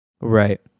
Right